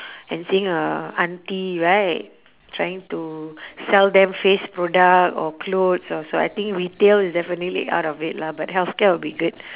and seeing a auntie right trying to sell them face product or clothes also I think retail is definitely out of it lah but healthcare will be good